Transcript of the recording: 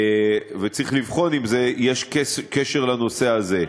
וצריך לבחון אם יש קשר לנושא הזה,